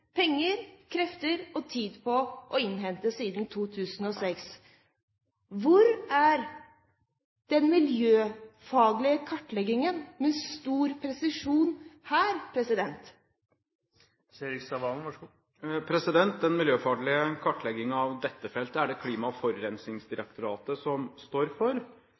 penger, krefter og tid på å innhente siden 2006. Hvor er den miljøfaglige kartleggingen med stor presisjon her? Den miljøfaglige kartleggingen av dette feltet er det Klima- og forurensningsdirektoratet som står for.